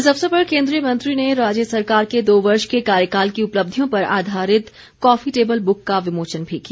इस अवसर पर केन्द्रीय मंत्री ने राज्य सरकार के दो वर्ष के कार्यकाल की उपलब्धियों पर आधारित कॉफी टेबल ब्रुक का विमोचन भी किया